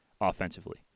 Offensively